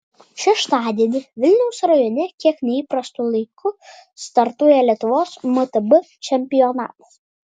šeštadienį vilniaus rajone kiek neįprastu laiku startuoja lietuvos mtb čempionatas